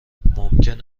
ممکن